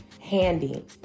handy